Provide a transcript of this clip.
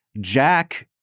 Jack